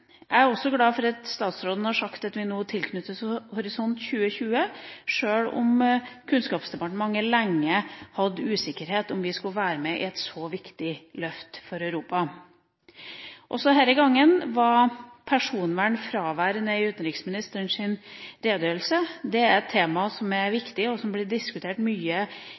Jeg er også glad for at statsråden har sagt at vi nå tilknyttes Horisont 2020, sjøl om det i Kunnskapsdepartementet lenge var usikkerhet om vi skulle være med i et så viktig løft for Europa. Også denne gangen var personvern fraværende i utenriksministerens redegjørelse. Det er et tema som er viktig og som blir diskutert mye